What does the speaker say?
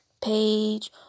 page